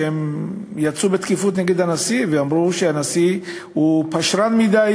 שיצאו בתקיפות נגד הנשיא ואמרו שהוא הוא פשרן מדי,